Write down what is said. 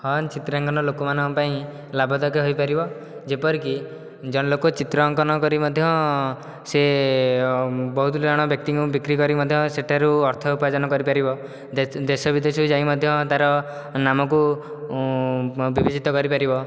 ହଁ ଚିତ୍ର ଅଙ୍କନ ଲୋକମାନଙ୍କ ପାଇଁ ଲାଭଦାୟକ ହେଇପାରିବ ଯେପରିକି ଜଣେ ଲୋକ ଚିତ୍ର ଅଙ୍କନ କରି ମଧ୍ୟ ସେ ବହୁତ ଜଣ ବ୍ୟକ୍ତିଙ୍କୁ ବିକ୍ରି କରି ମଧ୍ୟ ସେଠାରୁ ଅର୍ଥ ଉପାର୍ଜନ କରି ପାରିବ ଦେଶ ବିଦେଶ କୁ ଯାଇ ମଧ୍ୟ ନାମକୁ ବିବେଜିତ କରିପାରିବ